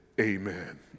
amen